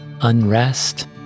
unrest